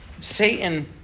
Satan